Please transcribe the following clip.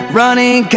running